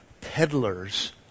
peddlers